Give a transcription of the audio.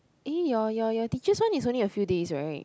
eh your your your teacher's one is only a few days [right]